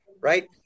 right